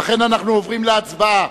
ולכן אנחנו עוברים להצבעה.